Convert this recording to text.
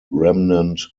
remnant